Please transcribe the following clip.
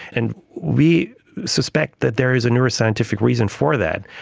and we suspect that there is a neuroscientific reason for that.